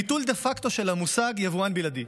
ביטול דה פקטו של המושג "יבואן בלעדי".